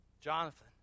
Jonathan